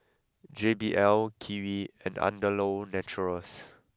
J B L Kiwi and Andalou Naturals